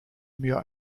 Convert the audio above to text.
mir